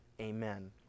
Amen